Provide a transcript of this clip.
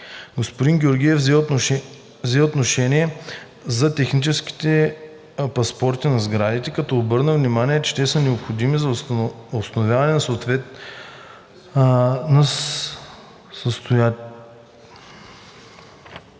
Господин Георгиев взе отношение по отношение на техническите паспорти на сградите, като обърна внимание, че те са необходими за установяване на състоянието на сградите,